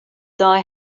die